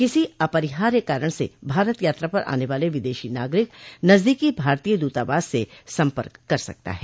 किसी अपरिहार्य कारण से भारत यात्रा पर आने वाला विदेशी नागरिक नजदीकी भारतीय दूतावास से संपर्क कर सकता है